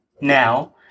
now